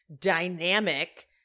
dynamic